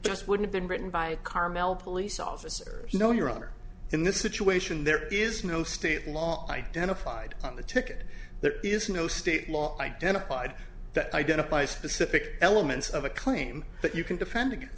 just wouldn't been written by carmel police officer no your honor in this situation there is no state law identified on the ticket there is no state law identified that identify specific elements of a claim that you can defend against